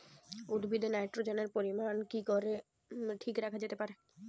উদ্ভিদে নাইট্রোজেনের পরিমাণ কি করে ঠিক রাখা যেতে পারে?